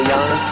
Young